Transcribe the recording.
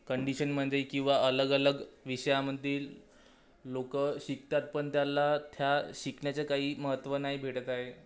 कंडिशनमध्ये किंवा अलगअलग विषयामधील लोकं शिकतात पण त्याला त्या शिकण्याचं काही महत्त्व नाही भेटत आहे